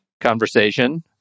conversation